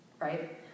Right